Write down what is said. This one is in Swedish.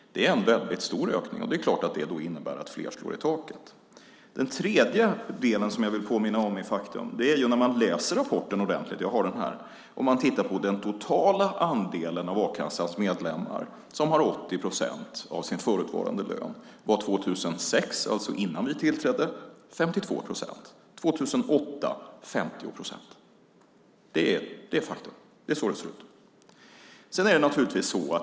Det är en väldigt stor ökning, och det är klart att det innebär att fler slår i taket. Den tredje delen som jag vill påminna om är att när man läser rapporten ordentligt - jag har den här - och tittar på den totala andel av a-kassans medlemmar som har 80 procent av sin förutvarande lön framgår det att det var 52 procent 2006, alltså innan vi tillträdde, och 50 procent 2008. Det är faktum. Det är så det ser ut.